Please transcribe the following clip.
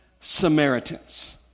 Samaritans